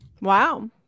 Wow